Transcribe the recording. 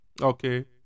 Okay